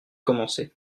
commencer